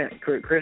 Chris